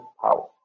power